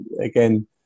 again